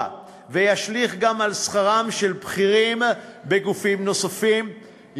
וישליך גם על שכרם של בכירים בגופים נוספים,